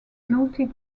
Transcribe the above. noted